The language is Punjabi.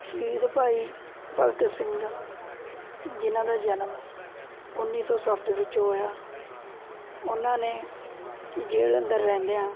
ਸ਼ਹੀਦ ਭਾਈ ਭਗਤ ਸਿੰਘ ਜਿਨ੍ਹਾਂ ਦਾ ਜਨਮ ਉੱਨੀ ਸੌ ਸੱਤ ਵਿੱਚ ਹੋਇਆ ਉਹਨਾਂ ਨੇ ਜੇਲ੍ਹ ਅੰਦਰ ਰਹਿੰਦਿਆਂ